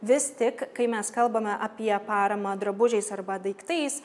vis tik kai mes kalbame apie paramą drabužiais arba daiktais